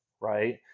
Right